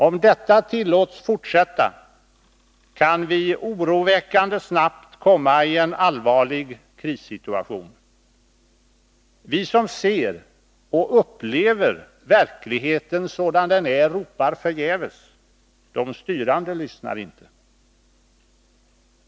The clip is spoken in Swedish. Om detta tillåts fortsätta kan vi oroväckande snabbt komma i en allvarlig krissituation. Vi som ser — och upplever — verkligheten sådan den är ropar förgäves, de styrande lyssnar inte.